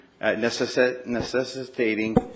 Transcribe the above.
necessitating